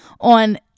on